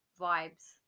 vibes